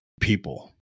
people